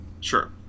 Sure